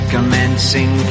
Commencing